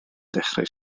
dechrau